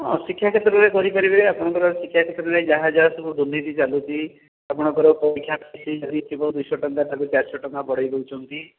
ହଁ ଶିକ୍ଷା କ୍ଷେତ୍ରରେ କରିପାରିବେ ଆପଣଙ୍କର ଶିକ୍ଷା କ୍ଷେତ୍ରରେ ଯାହା ଯାହା ସବୁ ଦୁର୍ନୀତି ଚାଲୁଛି ଆପଣଙ୍କର ପରୀକ୍ଷା ଫି ହୋଇଥିବ ଯଦି ଦୁଇଶହ ଟଙ୍କା ତାକୁ ଚାରିଶହ ଟଙ୍କା ବଢ଼ାଇ ଦେଉଛନ୍ତି